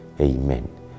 Amen